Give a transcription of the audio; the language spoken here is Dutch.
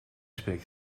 spreekt